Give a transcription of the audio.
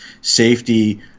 safety